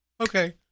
Okay